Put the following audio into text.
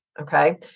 Okay